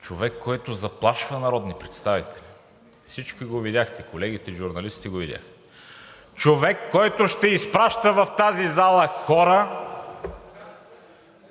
човек, който заплашва народни представители – всички го видяхте, колегите журналисти го видяха, човек, който ще изпраща в тази зала хора,